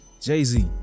Jay-Z